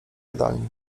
jadalni